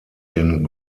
den